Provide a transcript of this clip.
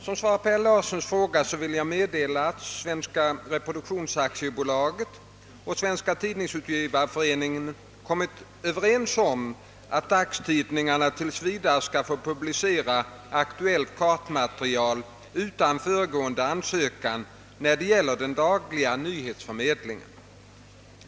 Som svar på herr Larssons fråga vill jag meddela att Svenska reproduktionsaktiebolaget och Svenska tidningsutgivareföreningen kommit överens om att dagstidningarna tills vidare skall få publicera aktuellt kartmaterial utan föregående ansökan, när det gäller den dagliga nyhetsförmedlingen.